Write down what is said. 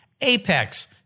Apex